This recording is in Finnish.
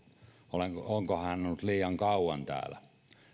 onko hän ollut liian kauan täällä